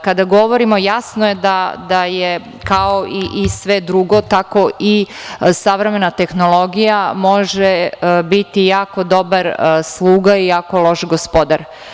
Kada govorimo, jasno je da je kao i sve drugo, tako i savremena tehnologija može biti jako dobar sluga i jako loš gospodar.